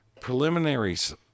preliminaries